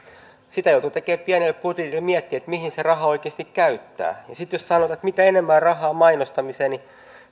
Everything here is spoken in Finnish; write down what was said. sitä joutui tekemään pienellä budjetilla miettimään mihin sen rahan oikeasti käyttää ja sitten mitä enemmän rahaa on mainostamiseen niin